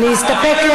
להסתפק,